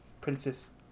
Princess